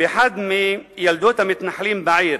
באחת מילדות המתנחלים בעיר,